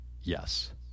Yes